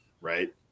right